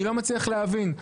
אני לא מצליח להבין.